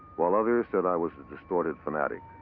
while others said i was a distorted fanatic.